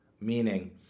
Meaning